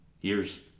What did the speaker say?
years